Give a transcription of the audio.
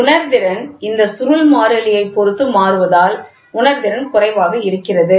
உணர்திறன் இந்த சுருள் மாறிலியைப் பொறுத்து மாறுவதால் உணர்திறன் குறைவாக இருக்கிறது